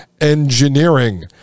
engineering